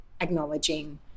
acknowledging